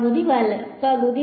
പകുതി വലത്